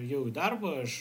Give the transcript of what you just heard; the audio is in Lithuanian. ėjau į darbą aš